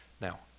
Now